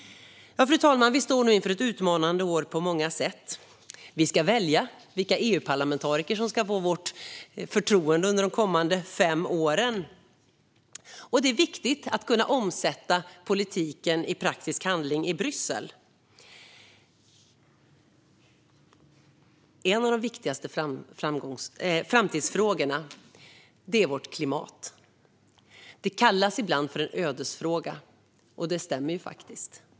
Fru talman! Vi står nu inför ett utmanande år på många sätt. Vi ska välja vilka EU-parlamentariker som ska få vårt förtroende under de kommande fem åren. Det är viktigt att kunna omsätta politiken i praktisk handling i Bryssel. En av de viktigaste framtidsfrågorna är vårt klimat. Det kallas ibland för en ödesfråga, och det stämmer ju faktiskt.